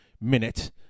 minute